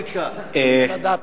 בן-ארי, ואחריו, חברת הכנסת רחל אדטו.